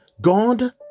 God